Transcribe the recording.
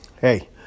Hey